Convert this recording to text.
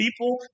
people